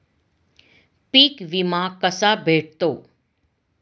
पीक विमा कसा भेटतो?